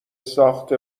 ساخت